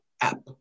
app